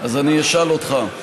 אז אני אשאל אותך,